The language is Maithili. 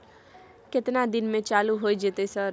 केतना दिन में चालू होय जेतै सर?